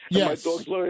Yes